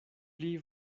pli